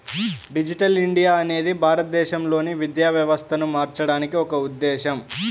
digital India అనేది భారతదేశంలోని విద్యా వ్యవస్థను మార్చడానికి ఒక ఉద్ధేశం